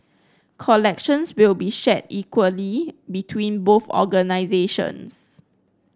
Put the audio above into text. collections will be shared equally between both organisations